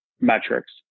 metrics